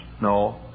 No